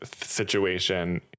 situation